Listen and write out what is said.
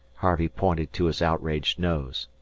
harvey pointed to his outraged nose.